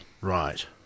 Right